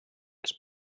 els